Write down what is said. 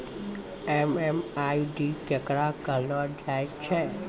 MMID केकरा कहलो जाय छै